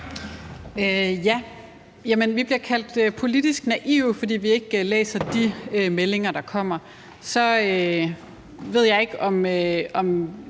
Vi bliver kaldt politisk naive, fordi vi ikke læser de meldinger, der kommer. Så ved jeg ikke, om